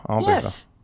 yes